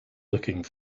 looking